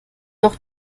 noch